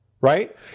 Right